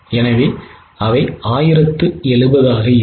எனவே 1070 ஆக இருக்கும்